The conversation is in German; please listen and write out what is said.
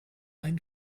einen